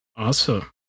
Awesome